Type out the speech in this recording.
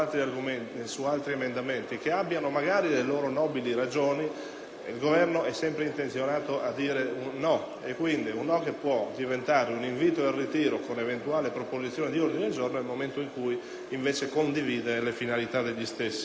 il Governo è sempre intenzionato a dire no, un no che può diventare un invito al ritiro e alla presentazione di ordini del giorno, nel momento in cui condivida le finalità degli stessi. Questo è ciò che mi interessava